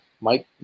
Mike